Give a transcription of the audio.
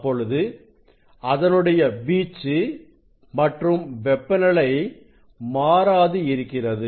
அப்பொழுது அதனுடைய வீச்சு மற்றும் வெப்பநிலை மாறாது இருக்கிறது